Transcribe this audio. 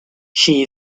she